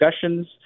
discussions